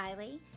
Kylie